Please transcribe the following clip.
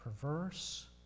perverse